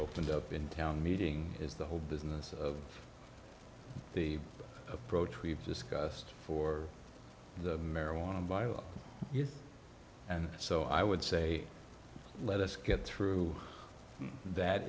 opened up in town meeting is the whole business of the approach we've discussed for the marijuana vial and so i would say let us get through that